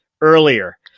earlier